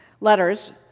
letters